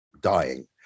dying